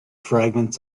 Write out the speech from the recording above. fragments